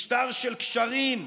משטר של קשרים,